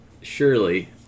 surely